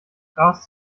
gras